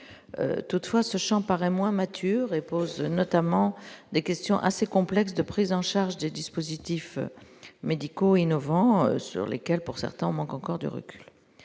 toutefois ce Champ paraît moins matures et pose notamment des questions assez complexe de prise en charge des dispositifs médicaux innovants sur lesquels, pour certains, on manque encore de recul,